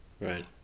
Right